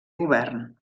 govern